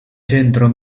centro